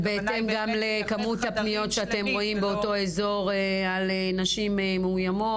זה בהתאם גם לכמות הפניות שאתם רואים באותו אזור על נשים מאוימות?